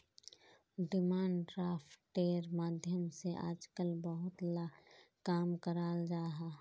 demand ड्राफ्टेर माध्यम से आजकल बहुत ला काम कराल जाहा